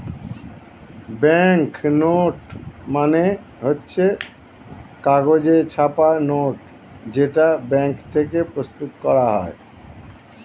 bank note মানে হচ্ছে কাগজে ছাপা নোট যেটা ব্যাঙ্ক থেকে প্রস্তুত করা হয়